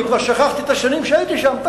אני כבר שכחתי את השנים שהייתי שם.